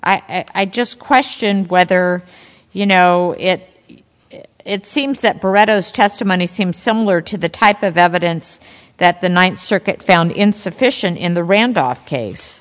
i just question whether you know it it seems that brett owes testimony seem similar to the type of evidence that the ninth circuit found insufficient in the randolph